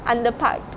underparked